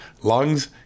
lungs